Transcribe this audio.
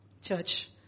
Church